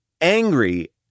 angry